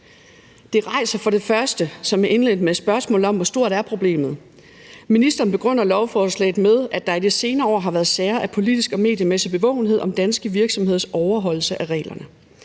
Det rejser for det første – som jeg indledte med at sige – spørgsmålet om, hvor stort problemet er. Ministeren begrunder lovforslaget med, at der i de senere år har været sager af politisk og mediemæssig bevågenhed om danske virksomheders overholdelse af reglerne.